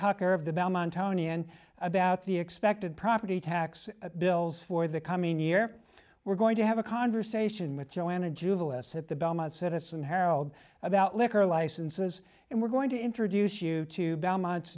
tucker of the belmont county and about the expected property tax bills for the coming year we're going to have a conversation with joanna jubal s at the belmont citizen harold about liquor licenses and we're going to introduce you to belmont